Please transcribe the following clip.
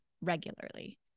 regularly